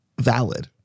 valid